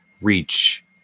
reach